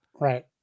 right